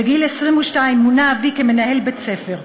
בגיל 22 מונה אבי למנהל בית-ספר.